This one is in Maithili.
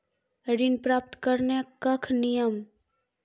ऋण प्राप्त करने कख नियम?